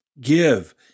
give